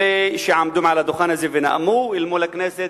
אלה שעמדו מעל הדוכן הזה ונאמו אל מול הכנסת